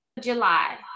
july